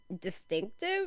distinctive